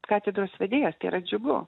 katedros vedėjas tai yra džiugu